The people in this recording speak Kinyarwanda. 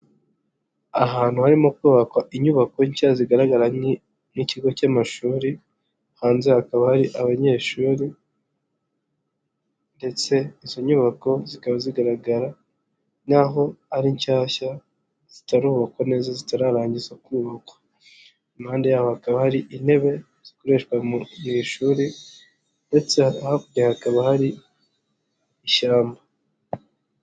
Ahantu harimo kubakwa inyubako nshya zigaragara nk'ikigo cy'amashuri, hanze hakaba hari abanyeshuri ndetse izo nyubako zikaba zigaragara nk'aho ari nshyashya zitarubakwa neza zitararangiza kubakwa. Impande yabo hakaba hari intebe zikoreshwa mu ishuri ndetse hakurya hakaba hari ishyamba.